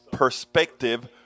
perspective